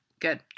Good